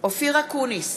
אופיר אקוניס,